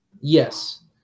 Yes